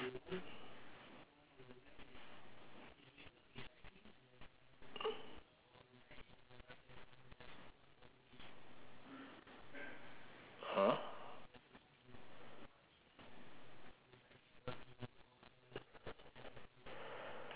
!huh!